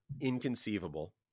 inconceivable